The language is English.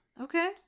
okay